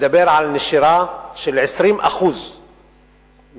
מדבר על נשירה של 20% מהתלמידים.